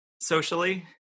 socially